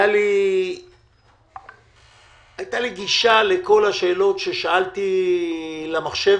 הייתה לי גישה לכל השאלות ששאלתי למחשב